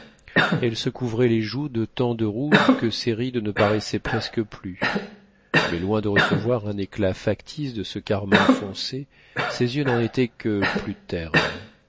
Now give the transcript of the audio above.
elle se couvrait les joues de tant de rouge que ses rides ne paraissaient presque plus mais loin de recevoir un éclat factice de ce carmin foncé ses yeux n'en étaient que plus ternes